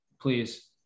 please